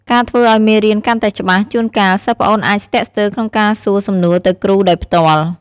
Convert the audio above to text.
ការធ្វើឲ្យមេរៀនកាន់តែច្បាស់ ជួនកាល សិស្សប្អូនអាចស្ទាក់ស្ទើរក្នុងការសួរសំណួរទៅគ្រូដោយផ្ទាល់។